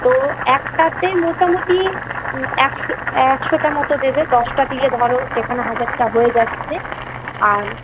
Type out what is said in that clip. তো একটাতে মোটামুটি একশো একশোটা মত দেবে দশটা দিলে ধরো সেখানে হাজারটা হয়ে যাচ্ছে আর